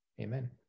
Amen